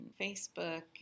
Facebook